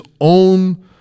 own